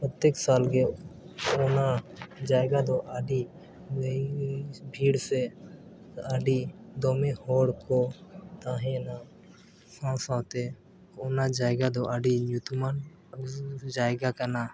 ᱯᱨᱚᱛᱮᱠ ᱥᱟᱞᱜᱮ ᱚᱱᱟ ᱡᱟᱭᱜᱟ ᱫᱚ ᱟᱹᱰᱤ ᱵᱷᱤᱲ ᱥᱮ ᱟᱹᱰᱤ ᱫᱚᱢᱮ ᱦᱚᱲ ᱠᱚ ᱛᱟᱦᱮᱱᱟ ᱥᱟᱶ ᱥᱟᱶᱛᱮ ᱚᱱᱟ ᱡᱟᱭᱜᱟ ᱫᱚ ᱟᱹᱰᱤ ᱧᱩᱛᱩᱢᱟᱱ ᱡᱟᱭᱜᱟ ᱠᱟᱱᱟ